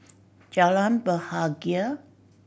Jalan Bahagia